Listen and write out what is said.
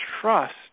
trust